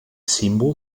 símbol